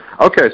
Okay